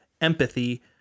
empathy